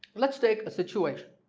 let's take a situation